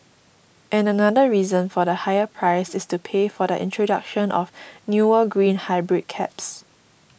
and another reason for the higher price is to pay for the introduction of newer green hybrid cabs